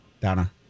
Donna